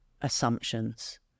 assumptions